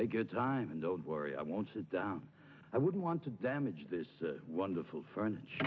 a good time and don't worry i won't sit down i wouldn't want to damage this wonderful furniture